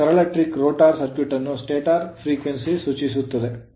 ಆದ್ದರಿಂದ ಈ ಸರಳ ಟ್ರಿಕ್ ರೋಟರ್ ಸರ್ಕ್ಯೂಟ್ ಅನ್ನು ಸ್ಟಾಟರ್ ಆವರ್ತನಕ್ಕೆ ಸೂಚಿಸುತ್ತದೆ